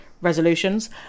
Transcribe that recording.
resolutions